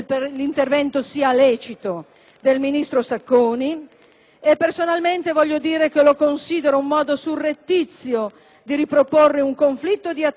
e, personalmente, lo considero un modo surrettizio di riproporre un conflitto di attribuzione con la Cassazione già respinto dalla Corte costituzionale.